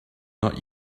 not